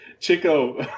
Chico